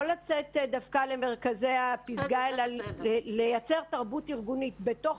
לא לצאת למרכזי הפסג"ה אלא לייצר תרבות ארגונית בתוך